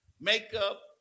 Makeup